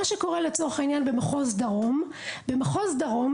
מה שקורה לצורך העניין במחוז דרום: במחוז דרום,